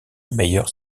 meilleures